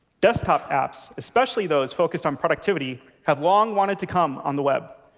desktop apps, especially those focused on productivity, have long wanted to come on the web.